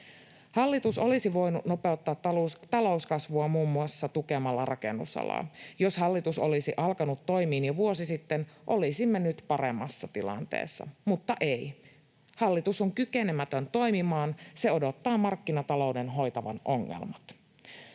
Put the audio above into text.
Hallitus olisi voinut nopeuttaa talouskasvua muun muassa tukemalla rakennusalaa. Jos hallitus olisi alkanut toimiin ja vuosi sitten, olisimme nyt paremmassa tilanteessa, mutta ei. Hallitus on kykenemätön toimimaan. Se odottaa markkinatalouden hoitavan ongelmat.